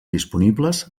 disponibles